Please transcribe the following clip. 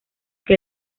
que